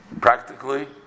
Practically